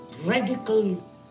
radical